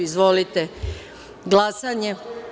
Izvolite, glasanje.